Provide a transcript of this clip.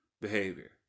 behavior